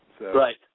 Right